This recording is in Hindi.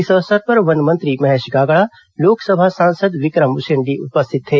इस अवसर पर वन मंत्री महेश गागड़ा लोकसभा सांसद विक्रम उसेण्डी उपस्थित थे